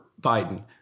Biden